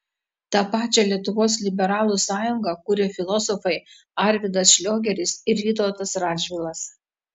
tą pačią lietuvos liberalų sąjungą kūrė filosofai arvydas šliogeris ir vytautas radžvilas